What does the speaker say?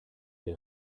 der